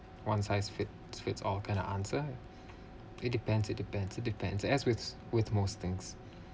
one size fits fits all kind of answer it depends it depends it depends as with with most thing